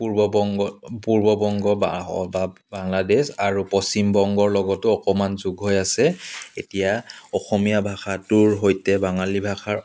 পূৰ্ব বংগ পূৰ্ব বংগ বা বা বাংলাদেশ আৰু পশ্চিমবংগৰ লগতো অকণমান যোগ হৈ আছে এতিয়া অসমীয়া ভাষাটোৰ সৈতে বঙালী ভাষাৰ